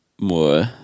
more